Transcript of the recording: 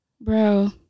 bro